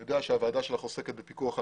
אני יודע שהוועדה שלך עוסקת בפיקוח על